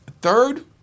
third